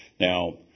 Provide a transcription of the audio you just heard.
Now